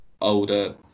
older